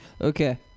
Okay